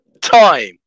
time